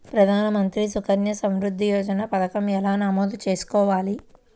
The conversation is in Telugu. ప్రధాన మంత్రి సుకన్య సంవృద్ధి యోజన పథకం ఎలా నమోదు చేసుకోవాలీ?